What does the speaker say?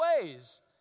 ways